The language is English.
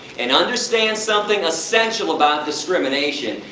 and understand something essential about discrimination!